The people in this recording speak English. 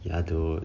ya dude